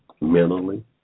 mentally